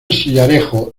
sillarejo